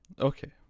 okay